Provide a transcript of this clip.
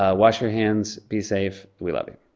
ah wash your hands. be safe. we love you.